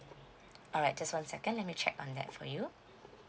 alright just one second let me check on that for you